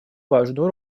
важную